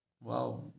wow